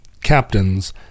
captains